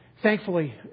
Thankfully